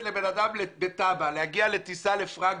לבן אדם בטאבה להגיע לטיסה בפרנקפורט,